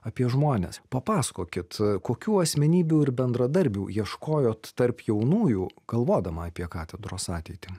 apie žmones papasakokit kokių asmenybių ir bendradarbių ieškojot tarp jaunųjų galvodama apie katedros ateitį